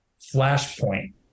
flashpoint